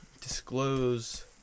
disclose